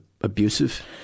abusive